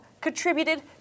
contributed